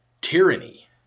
tyranny